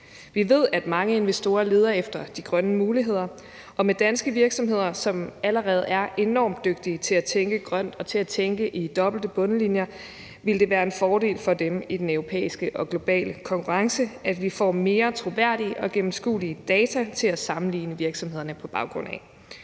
Vi ved, at mange investorer leder efter de grønne muligheder, og for danske virksomheder, som allerede er enormt dygtige til at tænke grønt og til at tænke i dobbelte bundlinjer, vil det være en fordel i den europæiske og globale balance, at vi får mere troværdige og gennemskuelige data at sammenligne virksomhederne på baggrund af.